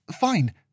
fine